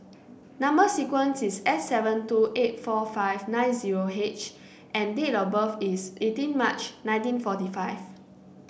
number sequence is S seven two eight four five nine zero H and date of birth is eighteen March nineteen forty five